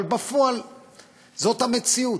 אבל בפועל זאת המציאות.